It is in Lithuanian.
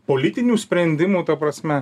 politinių sprendimų ta prasme